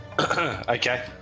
Okay